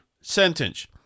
sentence